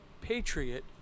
patriot